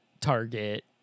target